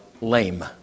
lame